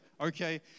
Okay